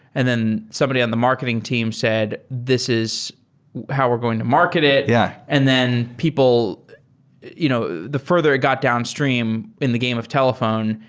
and then somebody on the marketing team said, this is how we're going to market it. yeah and then people you know the further it got downstream in the game of telephone,